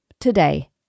today